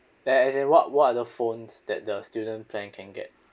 a~ as in what what are the phones that the student plan can get